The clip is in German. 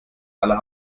aller